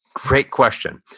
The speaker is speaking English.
great question.